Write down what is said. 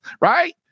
Right